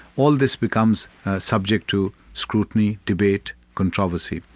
all this becomes subject to scrutiny, debate, controversy.